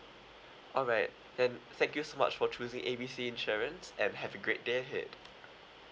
alright then thank you so much for choosing A B C insurance and have a great day ahead